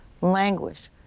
languish